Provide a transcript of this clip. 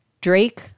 Drake